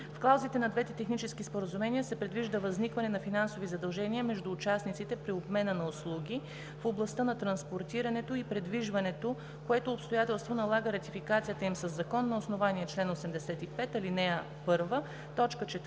В клаузите на двете технически споразумения се предвижда възникване на финансови задължения между участниците при обмена на услуги в областта на транспортирането и придвижването, което обстоятелство налага ратификацията им със закон на основание чл. 85, ал. 1,